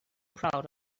proud